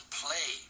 play